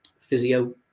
physio